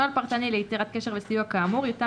נוהל פרטני ליצירת קשר וסיוע כאמור יותאם